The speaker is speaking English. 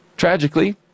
Tragically